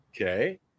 Okay